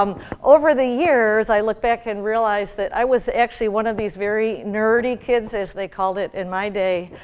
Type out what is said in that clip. um over the years, i look back and realize that i was actually one of these very nerdy kids, as they called it in my day.